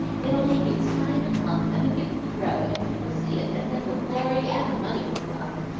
it only needs time and help, and the gift will grow, and people see it and then the glory and the money will come,